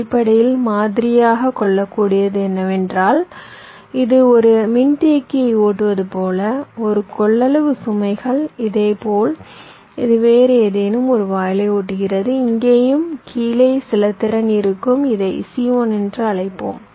அடிப்படையில் மாதிரியாகக் கொள்ளக்கூடியது என்னவென்றால் இது ஒரு மின்தேக்கியை ஓட்டுவது போல ஒரு கொள்ளளவு சுமைகள் இதேபோல் இது வேறு ஏதேனும் ஒரு வாயிலை ஓட்டுகிறது இங்கேயும் கீழே சில திறன் இருக்கும் இதை C1 என்று அழைப்போம்